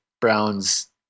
browns